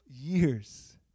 years